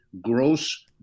gross